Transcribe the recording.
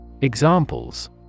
Examples